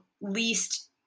least